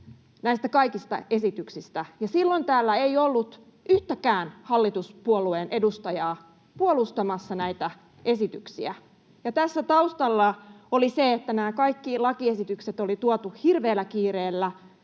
näistä kaikista esityksistä, ja silloin täällä ei ollut yhtäkään hallituspuolueen edustajaa puolustamassa näitä esityksiä. Tässä taustalla oli se, että nämä kaikki lakiesitykset oli tuotu hirveällä kiireellä